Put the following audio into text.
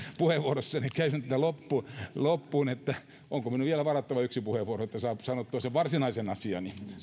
puheenvuorossani käymättä loppuun loppuun onko minun vielä varattava yksi puheenvuoro että saan sanottua sen varsinaisen asiani